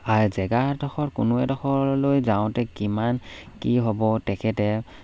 আও জেগা এডোখৰ কোনো এডোখৰলৈ যাওঁতে কিমান কি হ'ব তেখেতে